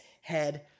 head